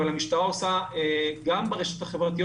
אבל המשטרה עושה גם ברשתות החברתיות